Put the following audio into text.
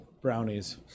brownies